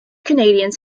canadians